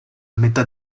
metà